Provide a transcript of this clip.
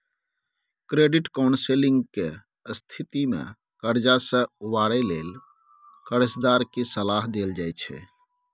credit counselling के स्थिति में कर्जा से उबरय लेल कर्जदार के सलाह देल जाइ छइ